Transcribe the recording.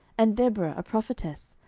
and deborah, a prophetess,